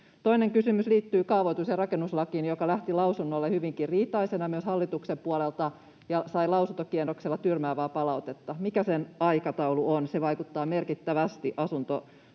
Toinen kysymys liittyy kaavoitus‑ ja rakennuslakiin, joka lähti lausunnolle hyvinkin riitaisena myös hallituksen puolelta ja sai lausuntokierroksella tyrmäävää palautetta. Mikä sen aikataulu on? Se vaikuttaa merkittävästi asuntorakentamiseen.